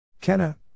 Kenna